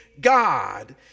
God